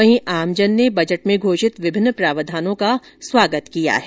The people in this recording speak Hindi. वहीं आमजन ने बजट मे घोषित विभिन्न प्रावधानों का स्वागत किया है